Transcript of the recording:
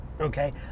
Okay